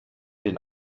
den